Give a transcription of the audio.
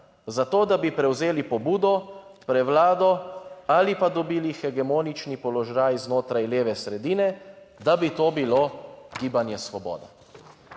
zato, da bi prevzeli pobudo, prevlado ali pa dobili hegemonični položaj znotraj leve sredine, da bi to bilo Gibanje Svoboda."